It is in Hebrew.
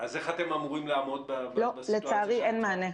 אז איך אתם אמורים לעמוד --- לצערי אין מענה.